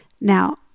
Now